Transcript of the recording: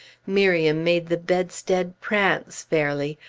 miriam made the bedstead prance, fairly,